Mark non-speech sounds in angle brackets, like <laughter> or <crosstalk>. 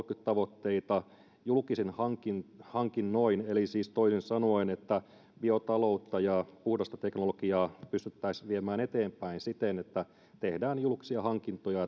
tavoitteita julkisin hankinnoin eli siis toisin sanoen niin että biotaloutta ja puhdasta teknologiaa pystyttäisiin viemään eteenpäin siten että tehdään julkisia hankintoja <unintelligible>